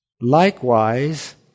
likewise